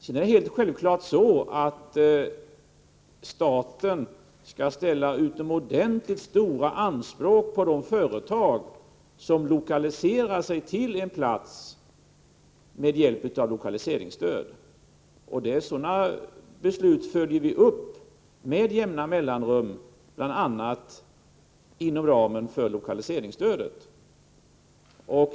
Sedan är det självfallet så att staten skall ställa utomordentligt stora anspråk på de företag som lokaliserar sig till en plats med hjälp av lokaliseringsstöd. Sådana beslut följer vi upp med jämna mellanrum, bl.a. inom ramen för lokaliseringsstödet.